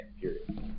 period